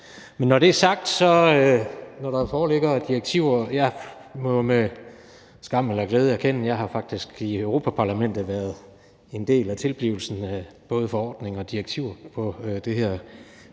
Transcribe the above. Men når det er sagt, må jeg med skam eller glæde erkende, at jeg faktisk i Europa-Parlamentet har været en del af tilblivelsen af både forordninger og direktiver på det her